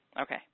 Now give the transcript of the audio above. Okay